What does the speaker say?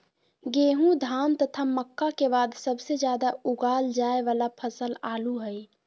गेहूं, धान तथा मक्का के बाद सबसे ज्यादा उगाल जाय वाला फसल आलू हइ